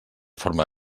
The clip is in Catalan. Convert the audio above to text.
forma